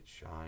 shine